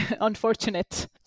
unfortunate